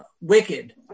wicked